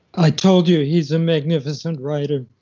i told you. he's a magnificent writer.